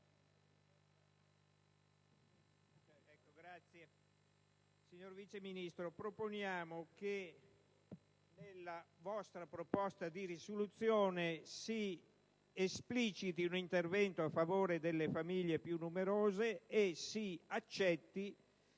l'emendamento 5.7 proponiamo che nella vostra proposta di risoluzione si espliciti un intervento a favore delle famiglie più numerose e si accetti